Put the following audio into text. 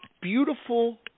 beautiful